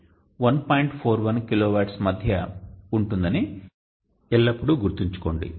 41 కిలోవాట్ల మధ్య ఉంటుందని ఎల్లప్పుడూ గుర్తుంచుకోండి